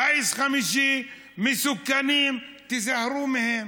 גיס חמישי, מסוכנים, תיזהרו מהם.